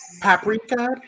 paprika